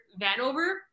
Vanover